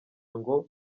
ngo